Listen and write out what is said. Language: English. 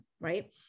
right